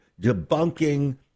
debunking